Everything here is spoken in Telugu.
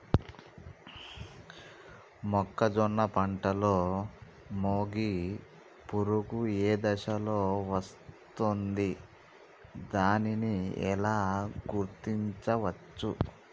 మొక్కజొన్న పంటలో మొగి పురుగు ఏ దశలో వస్తుంది? దానిని ఎలా గుర్తించవచ్చు?